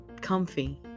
comfy